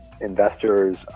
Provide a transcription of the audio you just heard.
investors